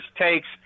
takes